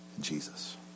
Jesus